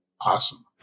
awesome